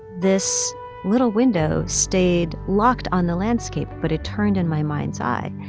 this little window stayed locked on the landscape, but it turned in my mind's eye.